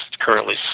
currently